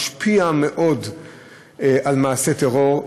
משפיעות מאוד על מעשי טרור.